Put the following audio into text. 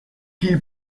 qu’il